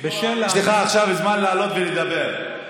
לפי העניין,